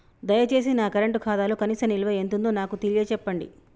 దయచేసి నా కరెంట్ ఖాతాలో కనీస నిల్వ ఎంతుందో నాకు తెలియచెప్పండి